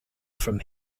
from